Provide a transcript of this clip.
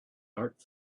art